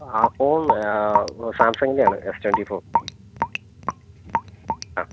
ആ ഫോൺ സാംസങ്ങിൻ്റെ ആണ് എസ് ട്വൻറ്റി ഫോർ അ